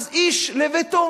אז איש לביתו,